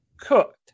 cooked